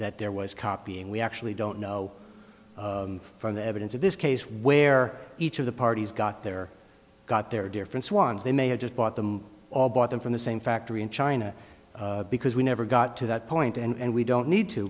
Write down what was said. that there was copying we actually don't know from the evidence in this case where each of the parties got there got their difference ones they may have just bought them all bought them from the same factory in china because we never got to that point and we don't need to